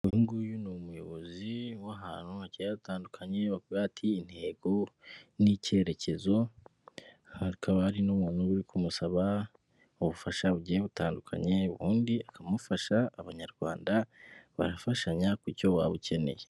Uyu nguyu ni umuyobozi w'ahantu hatandukanye, bakora intego n'icyerekezo, hakaba hari n'umuntu uri kumusaba ubufasha bugiye butandukanye, ubundi akamufasha, abanyarwanda barafashanya kucyo waba ukeneye.